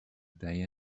day